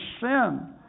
sin